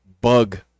bug